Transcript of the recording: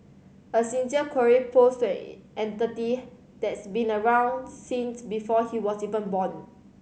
a sincere query posed to it entity that's been around since before he was even born